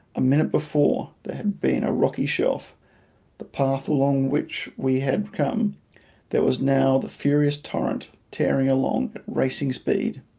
a minute before, there had been a rocky shelf the path along which we had come there was now the furious torrent tearing along at racing speed.